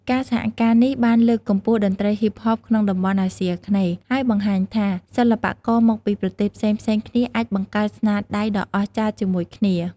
ការសហការនេះបានលើកកម្ពស់តន្ត្រី Hip-Hop ក្នុងតំបន់អាស៊ីអាគ្នេយ៍ ហើយបង្ហាញថា សិល្បករមកពីប្រទេសផ្សេងៗគ្នាអាចបង្កើតស្នាដៃដ៏អស្ចារ្យជាមួយគ្នា។